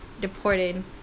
deported